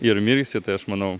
ir mirksi tai aš manau